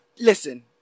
listen